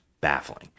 baffling